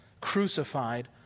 crucified